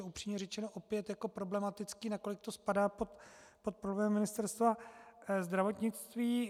Upřímně řečeno, opět je problematické, nakolik to spadá pod problém Ministerstva zdravotnictví.